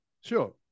Sure